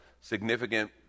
significant